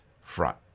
front